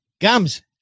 Gums